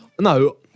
no